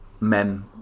men